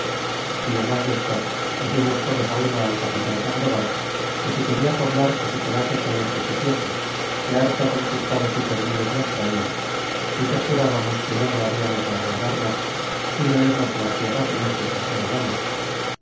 y demas desto diximos todos á una al capitan sandoval que si queda poblar que se quedase con los que quisiese que harto conquistados y perdidos nos traia y que jurábamos que no le hablamos de aguardar mas sino irnos á las tierras de méxico que ganamos